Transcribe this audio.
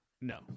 No